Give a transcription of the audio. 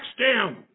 down